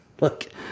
Look